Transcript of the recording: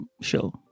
show